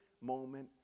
moment